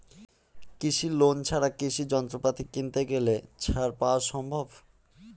কৃষি লোন ছাড়া কৃষি যন্ত্রপাতি কিনতে গেলে ছাড় পাওয়া সম্ভব?